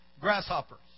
Grasshoppers